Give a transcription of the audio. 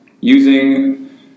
Using